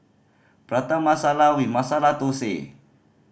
Prata Masala Masala Thosai